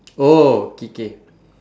oh K K